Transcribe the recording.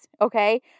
okay